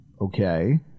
Okay